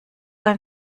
ein